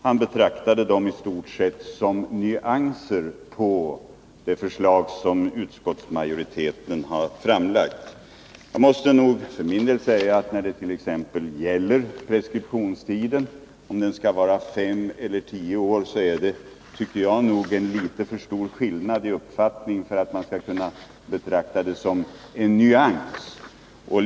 Han betraktade dem i stort sett som nyanser av det förslag som utskottsmajoriteten har framlagt. Men när det t.ex. gäller om preskriptionstiden skall vara fem eller tio år är det nog en litet för stor skillnad i uppfattning för att man skall kunna betrakta det som nyanser.